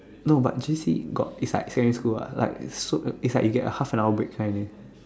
no but J_C got it's like secondary school lah like it's so it's like you get half an hour break kind eh